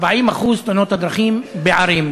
40% מתאונות הדרכים, בערים.